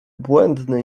błędny